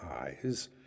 eyes